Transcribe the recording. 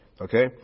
okay